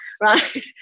right